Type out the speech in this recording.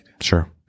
Sure